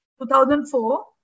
2004